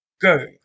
Go